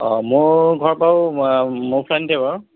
অঁ মোৰ ঘৰ বাৰু ম'হপানীতে বাৰু